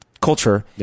culture